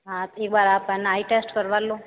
हाँ एक बार आप है ना आई टेस्ट करवा लो